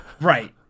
Right